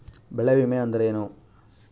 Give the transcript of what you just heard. ಬೆಳೆ ವಿಮೆ ಅಂದರೇನು?